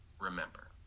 remember